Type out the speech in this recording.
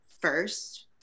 first